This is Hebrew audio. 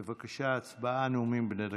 בבקשה, הצבעה, נאומים בני דקה.